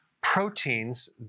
proteins